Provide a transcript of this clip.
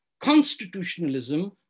constitutionalism